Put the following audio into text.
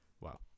Wow